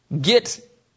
get